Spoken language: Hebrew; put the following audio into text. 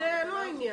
זה לא העניין.